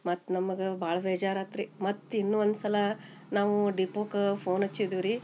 ಮತ್ತು ನಮಗೆ ಭಾಳ ಬೇಜಾರು ಆತು ರೀ ಮತ್ತು ಇನ್ನು ಒನ್ಸಲಾ ನಾವು ಡಿಪೋಕ ಫೋನ್ ಹಚ್ಚಿದ್ವು ರೀ